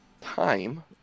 time